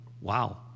wow